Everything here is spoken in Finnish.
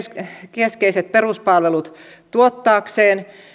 keskeiset peruspalvelut tuottaakseen